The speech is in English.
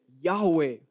Yahweh